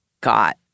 got